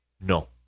No